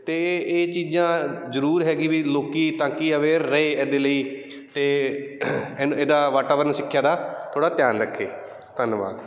ਅਤੇ ਇਹ ਇਹ ਚੀਜ਼ਾਂ ਜ਼ਰੂਰ ਹੈ ਕਿ ਵੀ ਲੋਕ ਤਾਂ ਕਿ ਅਵੇਅਰ ਰਹੇ ਇਹਦੇ ਲਈ ਅਤੇ ਇਨ ਇਹਦਾ ਵਾਤਾਵਰਨ ਸਿੱਖਿਆ ਦਾ ਥੋੜ੍ਹਾ ਧਿਆਨ ਰੱਖੇ ਧੰਨਵਾਦ